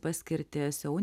paskirtis jau